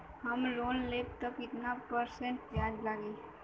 हम लोन लेब त कितना परसेंट ब्याज लागी?